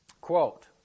Quote